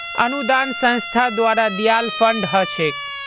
अनुदान संस्था द्वारे दियाल फण्ड ह छेक